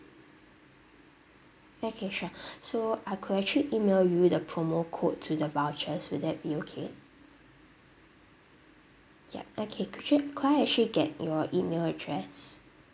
okay sure so I could actually email you the promo code to the vouchers will that be okay yup okay could you could I actually get your email address